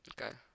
Okay